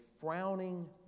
frowning